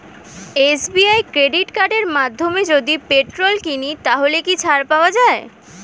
SBI credit কার্ডের মাধ্যমে যদি পেট্রোল কিনি তাহলে কি ছাড় পাওয়া যায়?